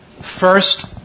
First